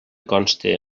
conste